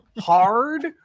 hard